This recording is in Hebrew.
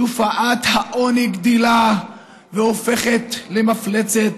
תופעת העוני גדלה והופכת למפלצת